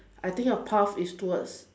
I think your path is towards